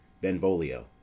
BENVOLIO